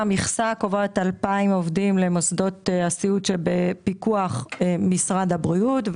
המכסה קובעת 2,000 עובדים למוסדות הסיעוד בפיקוח משרד הבריאות.